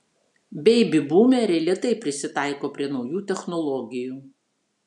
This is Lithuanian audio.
beibi būmeriai lėtai prisitaiko prie naujų technologijų